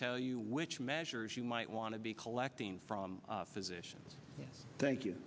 tell you which measures you might want to be collecting from physicians thank you